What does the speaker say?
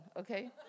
okay